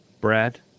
Brad